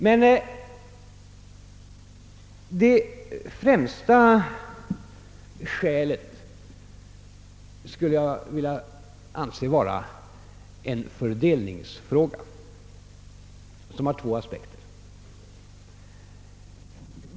Men det främsta skälet anser jag vara en fördelningsfråga som har två aspekter.